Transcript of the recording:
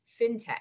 fintech